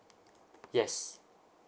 yes